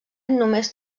només